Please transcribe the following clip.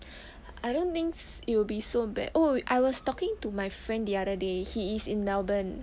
I don't think it s~ it will be so bad oh I was talking to my friend the other day he is in melbourne